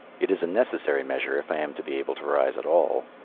it is a necessary measure if i am to be able to rise at all.